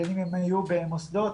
בין אם היו במוסדות